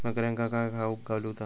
बकऱ्यांका काय खावक घालूचा?